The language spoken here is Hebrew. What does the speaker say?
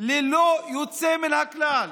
ללא יוצא מן הכלל,